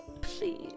Please